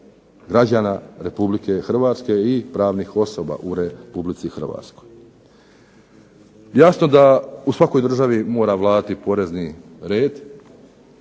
građana RH i pravnih osoba u RH. Jasno da u svakoj državi mora vladati porezni red.